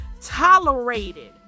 tolerated